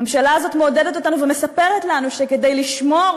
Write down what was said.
הממשלה הזאת מעודדת אותנו ומספרת לנו שכדי לשמור